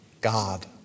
God